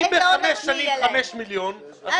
אם בחמש שנים חמישה מיליון,